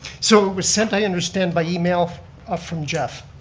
so it was sent, i understand, by email ah from jeff.